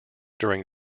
during